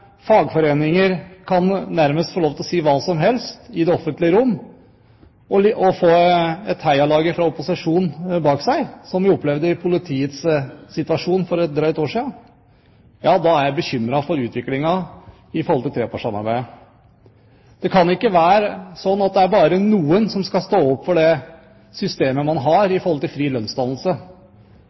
fagforeninger nærmest kan få lov til å si hva som helst i det offentlige rom, med et heialag fra opposisjonen bak seg, som vi opplevde i forbindelse med politiets situasjon for et drøyt år siden, da er jeg bekymret for utviklingen for trepartssamarbeidet. Det kan ikke være slik at det er bare noen som skal stå opp for det systemet man har, når det gjelder fri lønnsdannelse,